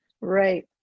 Right